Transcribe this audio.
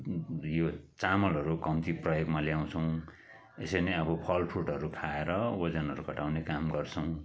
यो चामलहरू कम्ती प्रयोगमा ल्याउँछौँ यसरी नै अब फल फ्रुटहरू खाएर ओजनहरू घटाउने काम गर्छौँ